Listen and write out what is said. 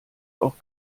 auch